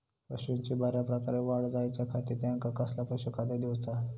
पशूंची बऱ्या प्रकारे वाढ जायच्या खाती त्यांका कसला पशुखाद्य दिऊचा?